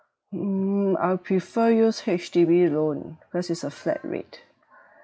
mm I'll prefer use H_D_B loan because it's a flat rate